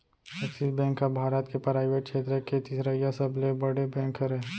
axis bank ह भारत के private छेत्र के तिसरइसा सबले बड़े बेंक हरय